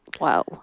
Wow